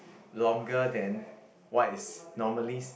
longer than what is normally